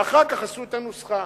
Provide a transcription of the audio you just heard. ואחר כך עשו את הנוסחה.